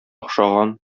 охшаган